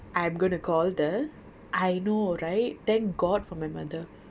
I'm going to call the I know right thank god for my mother